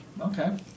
Okay